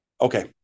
Okay